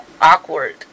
awkward